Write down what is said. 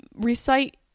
Recite